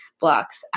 blocks